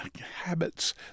habits